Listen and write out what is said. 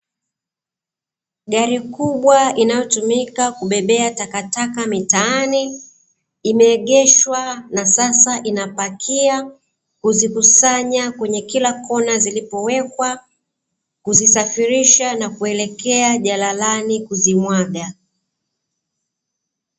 Gari kubwa inayotumika kubebea takataka mitaani, imeegeshwa na sasa inapakia kuzikusanya kwenye kila kona zilipowekwa, kuzisafirisha na kuelekea jalalani kuzimwaga.